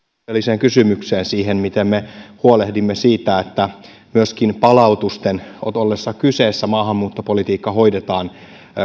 oleelliseen kysymykseen siihen miten me huolehdimme siitä että myöskin palautusten ollessa kyseessä maahanmuuttopolitiikka hoidetaan